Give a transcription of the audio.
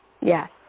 Yes